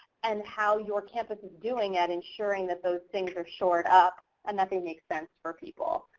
and how your campus is doing at ensuring that those things are shored up, and that they make sense for people.